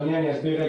אני אסביר.